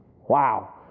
Wow